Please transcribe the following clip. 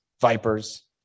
vipers